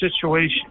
situation